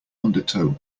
undertow